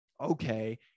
okay